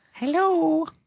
Hello